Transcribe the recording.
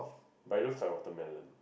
but it looks like watermelon